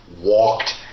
walked